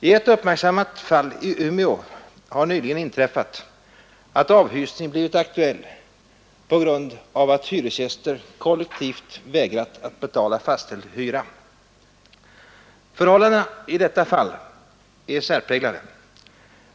I ett uppmärksammat fall i Umeå har nyligen inträffat att avhysning blivit aktuell på grund av att hyresgäster kollektivt vägrat att betala fastställd hyra. Förhållandena i detta fall är särpräglade.